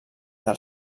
del